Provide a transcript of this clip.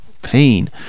pain